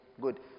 Good